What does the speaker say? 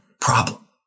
problem